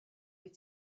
wyt